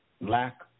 lack